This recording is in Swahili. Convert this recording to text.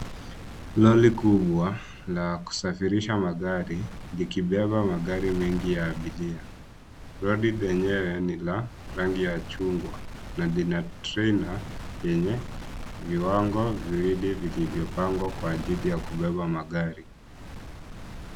Lori kubaw la kusafirisha magari likibeba magari mengi ya abiria. Lori lenyewe ni la rangi ya chungwa na lina trela yenye viwango viwili vilivyopangwa kwa ajili ya kubeba magari.